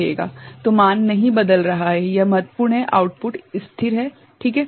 तो मान नहीं बदल रहा है यह महत्वपूर्ण है कि आउटपुट स्थिर है ठीक है